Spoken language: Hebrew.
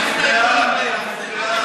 למה, אבל הם בעד.